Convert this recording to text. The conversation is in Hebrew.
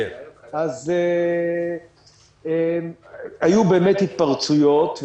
אז היו באמת התפרצויות.